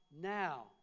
now